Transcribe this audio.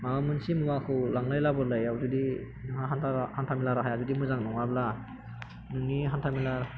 माबा मोनसे मुवाखौ लांलाय लाबोलायाव जुदि हान्थामेला राहाया जुदि मोजां नङाब्ला नोंनि हान्थामेला